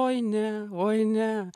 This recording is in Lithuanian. oi ne oi ne